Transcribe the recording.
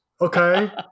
Okay